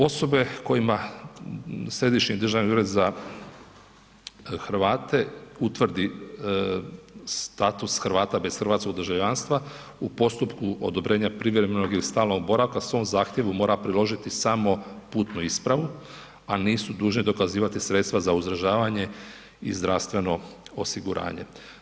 Osobe kojima Središnji državni ured za Hrvate utvrdi status Hrvata bez hrvatskog državljanstva u postupku odobrenja privremenog ili stalnog boravka u svom zahtjevu mora priložiti samo putnu ispravu, a nisu dužni dokazivati sredstva za uzdržavanje i zdravstveno osiguranje.